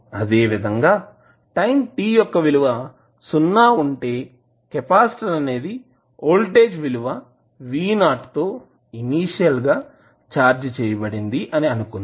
అదేవిధంగా time t యొక్క విలువ సున్నా ఉంటే కెపాసిటర్ అనేది వోల్టేజ్ విలువ V0 తో ఇనీషియల్ గా ఛార్జ్ చేయబడింది అని అనుకుందాం